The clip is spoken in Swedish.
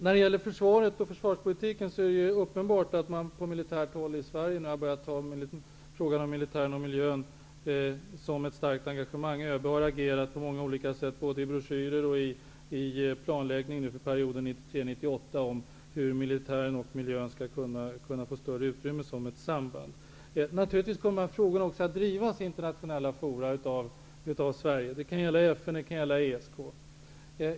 När det gäller försvaret och försvarspolitiken är det uppenbart att man på militärt håll i Sverige har börjat engagera sig i frågan om militären och miljön. ÖB har agerat på många olika sätt, både i broschyrer och i planläggningen för perioden 1993-- 1998 beträffande hur militären och miljön skall kunna få större utrymme som ett samband. Naturligtvis kommer dessa frågor att drivas av Sverige även i internationella forum. Det kan gälla FN och det kan gälla ESK.